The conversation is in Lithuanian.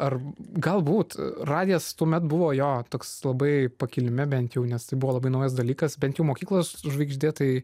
ar galbūt radijas tuomet buvo jo toks labai pakilime bent jau nes tai buvo labai naujas dalykas bet jau mokyklos žvaigždė tai